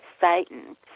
Satan